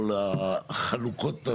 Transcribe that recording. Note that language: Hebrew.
כל החלוקות,